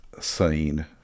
scene